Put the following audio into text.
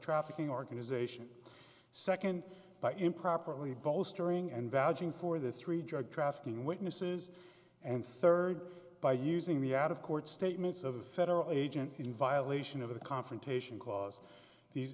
trafficking organization second by improperly bolstering and valjean for this three drug trafficking witnesses and third by using the out of court statements of a federal agent in violation of the confrontation caused these